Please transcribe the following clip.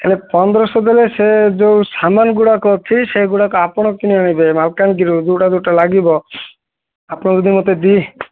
ହେଲେ ପନ୍ଦରଶହ ଦେଲେ ସେ ଯେଉଁ ସାମାନ ଗୁଡ଼ାକ ଅଛି ସେଗୁଡ଼ାକ ଆପଣ କିଣି ଆଣିବେ ମାଲକାନଗିରିରୁ ଯେଉଁଟା ଯେଉଁଟା ଲାଗିବ ଆପଣ ଯଦି ମୋତେ ଦୁଇ